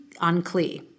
unclear